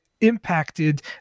impacted